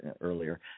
earlier